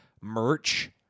merch